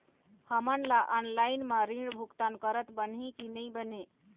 हमन ला ऑनलाइन म ऋण भुगतान करत बनही की नई बने?